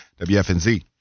WFNZ